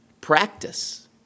practice